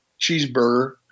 cheeseburger